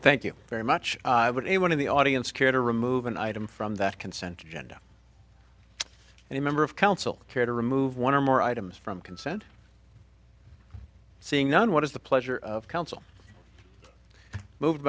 thank you very much would anyone in the audience care to remove an item from that consent genda and a member of council care to remove one or more items from consent seeing none what is the pleasure of council move